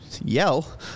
yell